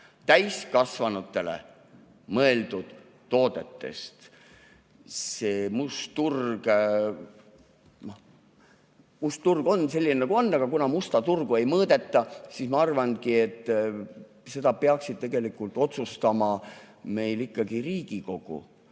täiskasvanutele mõeldud toodetest. Must turg on selline nagu on, aga kuna musta turgu ei mõõdeta, siis ma arvangi, et seda peaks otsustama meil ikkagi Riigikogu.